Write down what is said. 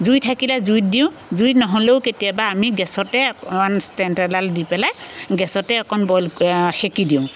জুই থাকিলে জুইত দিওঁ জুই নহ'লেও কেতিয়াবা আমি গেছতে অকণ ষ্টেণ্ড এডাল দি পেলাই গেছতে অকণ বইল সেকি দিওঁ